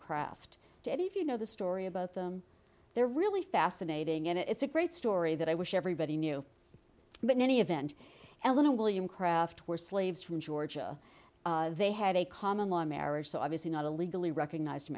craft to if you know the story about them they're really fascinating and it's a great story that i wish everybody knew but in any event elena william craft were slaves from georgia they had a common law marriage so obviously not a legally recognized